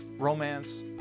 romance